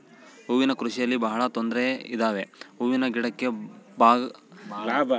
ಹೂವಿನ ಕೃಷಿಯಲ್ಲಿ ಬಹಳ ತೊಂದ್ರೆ ಇದಾವೆ ಹೂವಿನ ಗಿಡಕ್ಕೆ ಭಾಳ ರೀತಿ ರೋಗ ಬರತವ